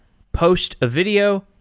post a video,